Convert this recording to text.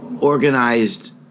organized